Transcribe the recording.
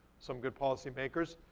some good policy makers,